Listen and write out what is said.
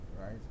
right